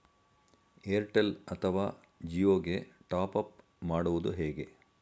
Airtel ಅಥವಾ ಜಿಯೊ ಗೆ top up ಮಾಡುವುದು ಹೇಗೆ?